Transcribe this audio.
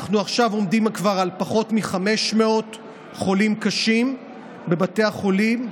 אנחנו עכשיו עומדים כבר על פחות מ-500 חולים קשה בבתי החולים,